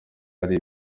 hari